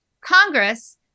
Congress